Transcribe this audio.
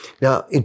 Now